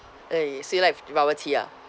eh you still like bubble tea ah